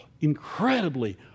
incredibly